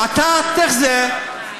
"ואתה תחזה".